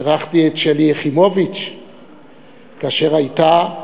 בירכתי את שלי יחימוביץ כאשר הייתה ובאה,